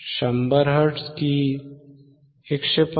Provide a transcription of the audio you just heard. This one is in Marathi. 100 हर्ट्झ की 150 हर्ट्झ